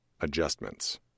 Adjustments